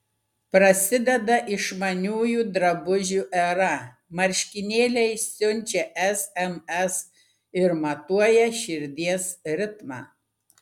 prasideda išmaniųjų drabužių era marškinėliai siunčia sms ir matuoja širdies ritmą